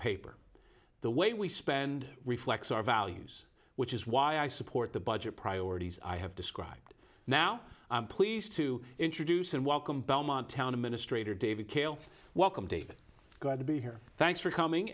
paper the way we spend reflects our values which is why i support the budget priorities i have described now i'm pleased to introduce and welcome belmont town amid a stranger david kale welcome david glad to be here thanks for coming